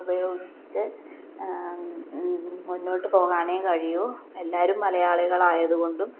ഉപയോഗിച്ച് മുന്നോട്ട് പോകാനേ കഴിയൂ എല്ലാവരും മലയാളികളായതു കൊണ്ടും